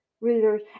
readers